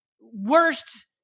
worst